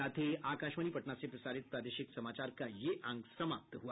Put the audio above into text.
इसके साथ ही आकाशवाणी पटना से प्रसारित प्रादेशिक समाचार का ये अंक समाप्त हुआ